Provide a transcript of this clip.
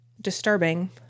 disturbing